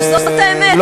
התרבות הזאת, תודה.